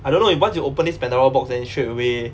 I don't know if once you open this pandora box then straight away